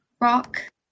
Rock